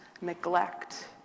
neglect